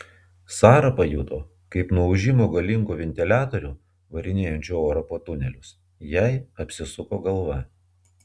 sara pajuto kaip nuo ūžimo galingų ventiliatorių varinėjančių orą po tunelius jai apsisuko galva